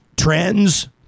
trends